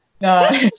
No